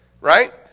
Right